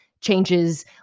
changes